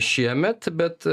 šiemet bet